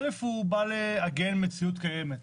א', הוא בא לעגן מציאות קיימת.